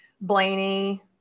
Blaney